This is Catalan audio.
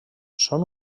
són